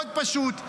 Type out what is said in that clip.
מאוד פשוט.